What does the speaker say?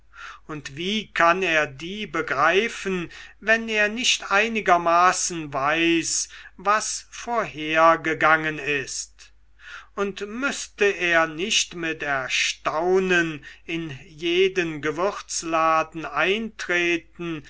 und wie kann er die begreifen wenn er nicht einigermaßen weiß was vorhergegangen ist und müßte er nicht mit erstaunen in jeden gewürzladen eintreten